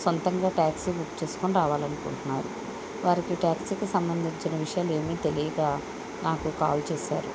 సొంతంగా taxi book చేసుకొని రావాలనుకుంటున్నారు వారికి ట్యాక్సీకి సంబంధించిన విషయాలు ఏమీ తెలియక నాకు కాల్ చేశారు